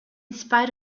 spite